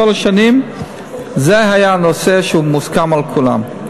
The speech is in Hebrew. כל זה היה נושא שהוא מוסכם על כולם.